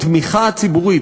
התמיכה הציבורית,